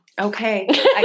Okay